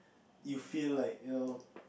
it feel like you know